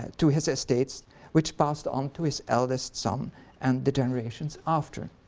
to his estates which passed um to his eldest son and the generations after.